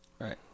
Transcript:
Right